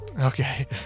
Okay